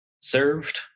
served